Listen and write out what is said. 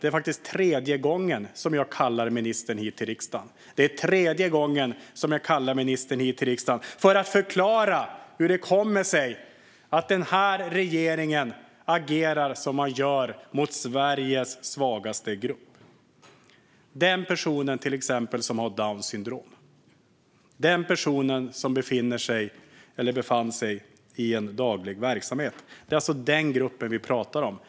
Det är tredje gången som jag kallar ministern hit till riksdagen för att förklara hur det kommer sig att regeringen agerar som den gör mot Sveriges svagaste grupp. Det handlar till exempel om den personen som har Downs syndrom, den personen som befann sig i en daglig verksamhet. Det är den gruppen som vi talar om.